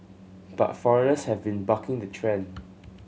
but foreigners have been bucking the trend